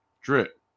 drip